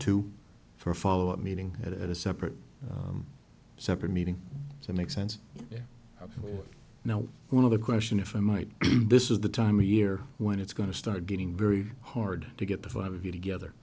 two for a follow up meeting at a separate separate meeting to make sense you know one other question if i might this is the time of year when it's going to start getting very hard to get the five of you together